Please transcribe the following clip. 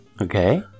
Okay